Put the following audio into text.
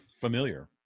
familiar